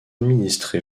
administré